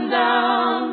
down